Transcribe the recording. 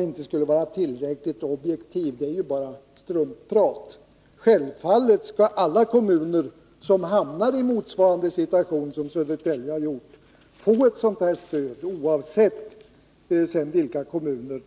inte skulle vara tillräckligt objektiv bara för att man är södertäljebo är bara struntprat. Självfallet skall alla kommuner som hamnar i motsvarande situation som Södertälje få ett sådant här stöd.